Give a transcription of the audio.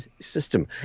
system